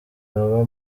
ababa